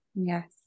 Yes